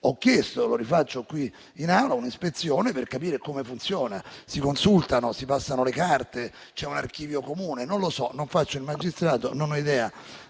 Ho chiesto, e lo ribadisco in Aula, un'ispezione per capire come funziona. Si consultano, si passano le carte, c'è un archivio comune? Non lo so, non faccio il magistrato e non ho idea